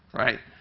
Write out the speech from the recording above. right?